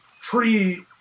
tree